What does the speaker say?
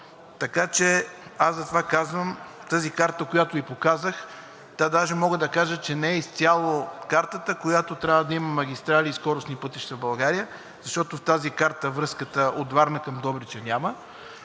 Така че тази карта, която Ви показах, даже мога да кажа, че не е изцяло картата, която трябва да има, с магистрали и скоростни пътища в България, защото в тази карта връзката от Варна към Добрич я няма.